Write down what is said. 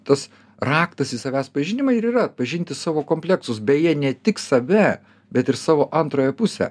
tas raktas į savęs pažinimą ir yra atpažinti savo kompleksus beje ne tik save bet ir savo antrąją pusę